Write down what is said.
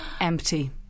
empty